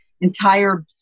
entire